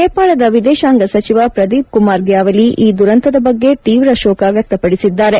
ನೇಪಾಳದ ವಿದೇಶಾಂಗ ಸಚಿವ ಪ್ರದೀಪ್ ಕುಮಾರ್ ಗ್ಯಾವಲಿ ಈ ದುರಂತದ ಬಗ್ಗೆ ತೀವ್ರ ಶೋಕ ವ್ಯಕ್ತಪಡಿಸಿದ್ದಾರೆ